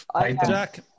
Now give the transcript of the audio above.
Jack